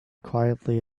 quietly